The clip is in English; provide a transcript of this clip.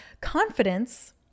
Confidence